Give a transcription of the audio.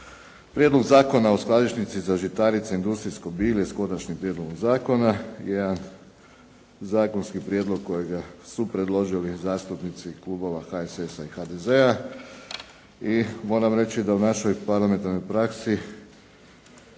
Prijedlog Zakona o skladišnici za žitarice i industrijsko bilje s Konačnim prijedlogom Zakona je jedan zakonski prijedlog kojega su predložiti zastupnici klubova HSS-a i HDZ-a i moram reći da u našoj parlamentarnoj praksi